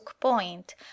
point